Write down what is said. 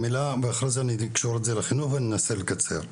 ואחרי זה אני אקשור את זה לחינוך ואני אנסה לקצר.